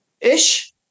ish